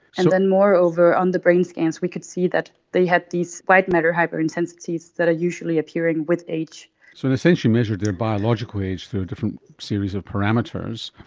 and then moreover on the brain scans we could see that they had these white-matter hyperintensities that are usually appearing with age. so and essentially you measured their biological age through a different series of parameters,